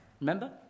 Remember